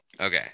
okay